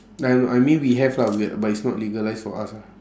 I know I mean we have lah we~ but it's not legalised for us ah